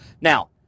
Now